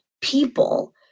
people